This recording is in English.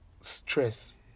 stress